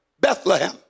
Bethlehem